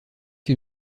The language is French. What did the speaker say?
que